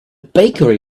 bakery